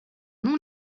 nom